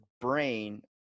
brain –